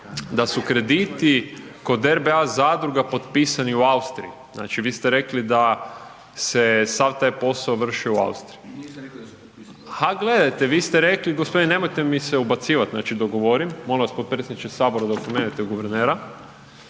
da su krediti kod RBA zadruga potpisani u Austriji, znači vi ste rekli da se sav taj posao vršio u Austriji …/Upadica iz klupe se ne razumije/… Ha, gledajte vi ste rekli, gospodine nemojte mi se ubacivat znači dok govorim, molim vas potpredsjedniče sabora da opomenete guvernera,